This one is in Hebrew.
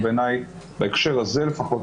בהקשר הזה לפחות,